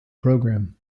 program